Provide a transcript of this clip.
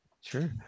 sure